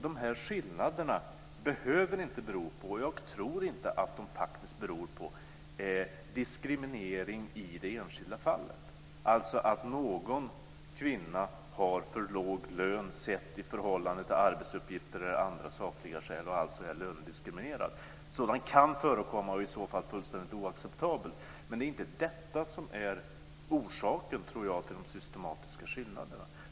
De här skillnaderna behöver inte bero på, och jag tror faktiskt inte att de beror på, diskriminering i det enskilda fallet, alltså att någon kvinna har för låg lön sett till arbetsuppgifter eller av andra sakliga skäl och alltså är lönediskriminerad. Sådant kan förekomma och är i så fall fullständigt oacceptabelt, men det är inte detta som är orsaken, tror jag, till de systematiska skillnaderna.